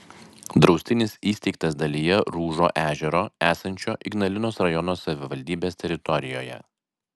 draustinis įsteigtas dalyje rūžo ežero esančio ignalinos rajono savivaldybės teritorijoje